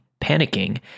panicking